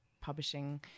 publishing